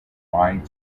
wide